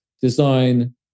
design